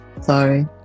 Sorry